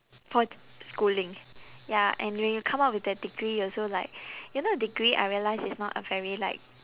for schooling ya and when you come out with a degree you also like you know a degree I realise it's not a very like